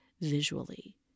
visually